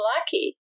lucky